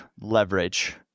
leverage